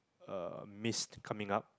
uh mist coming up